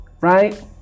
right